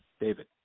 david